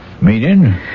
Meaning